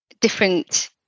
different